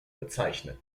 bezeichnet